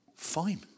Fine